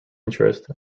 interest